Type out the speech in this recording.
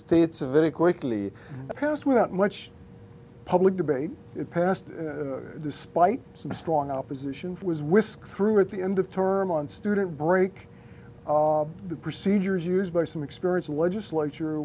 states a very quickly passed without much public debate passed despite some strong opposition from was whisked through at the end of term on student break the procedures used by some experience legislature